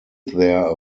there